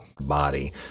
Body